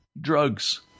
drugs